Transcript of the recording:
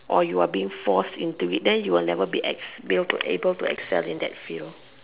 or you are being forced to it then you will never be able to Excel in that field